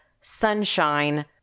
sunshine